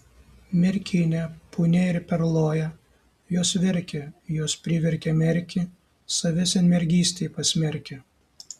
merkinė punia ir perloja jos verkė jos priverkė merkį save senmergystei pasmerkę